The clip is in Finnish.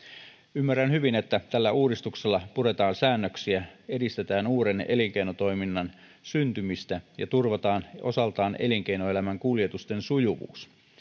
ymmärrän hyvin että tällä uudistuksella puretaan säännöksiä edistetään uuden elinkeinotoiminnan syntymistä ja turvataan osaltaan elinkeinoelämän kuljetusten sujuvuus